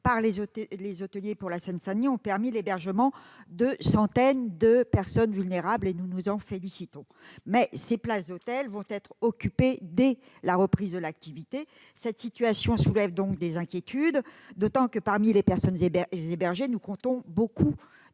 par les hôteliers en Seine-Saint-Denis ont permis l'hébergement de centaines de personnes vulnérables. Nous nous en félicitons. Mais ces places d'hôtel seront occupées dès la reprise de l'activité. Cette situation soulève des inquiétudes, d'autant que, parmi les personnes hébergées, on compte beaucoup